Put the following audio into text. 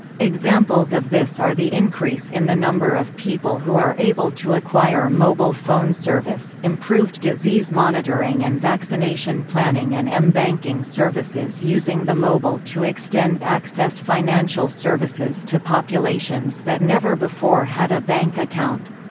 examples of this are the increase in the number of people who are able to acquire mobile phone service, improved disease monitoring and vaccination planning and m-banking services using the mobile to extend access financial services to populations that never before had a bank account.